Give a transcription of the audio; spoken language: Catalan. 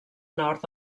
nord